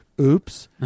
Oops